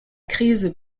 crise